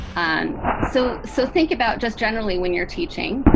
um so so think about just generally when you're teaching,